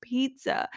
Pizza